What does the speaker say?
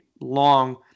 long